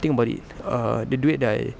think about it err the duit that I